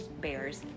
Bear's